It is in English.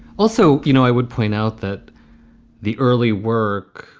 also, you know i would point out that the early work,